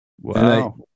Wow